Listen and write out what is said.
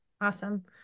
Awesome